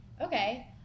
Okay